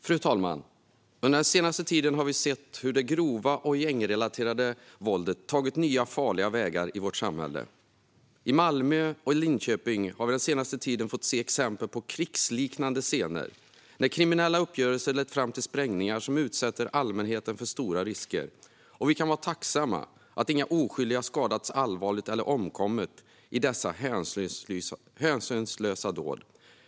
Fru talman! Under den senaste tiden har vi sett hur det grova och gängrelaterade våldet tagit nya farliga vägar i vårt samhälle I Malmö och i Linköping har vi den senaste tiden fått se exempel på krigsliknande scener där kriminella uppgörelser leder fram till sprängningar som utsätter allmänheten för stora risker. Vi kan vara tacksamma att inga oskyldiga skadats allvarligt eller omkommit i dessa hänsynslösa dåd.